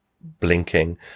blinking